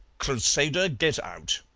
crusader, get out.